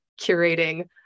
curating